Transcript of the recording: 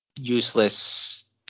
useless